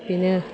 बिनो